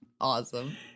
Awesome